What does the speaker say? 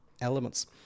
elements